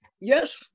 yes